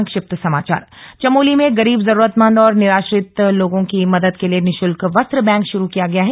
संक्षिप्त समाचार चमोली में गरीब जरूरतमंद और निराश्रित लोगों की मदद के लिए निःशुल्क वस्त्र बैंक शुरू किया गया है